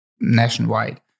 nationwide